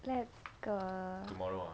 let's go